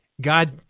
God